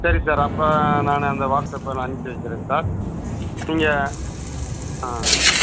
சரி சார் அப்போ நான் அந்த வாட்ஸ்அப்பில் நான் அனுப்பிச்சு வச்சுட்றேன் சார் நீங்கள் ஆ ஆ